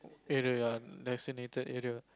plate area designated area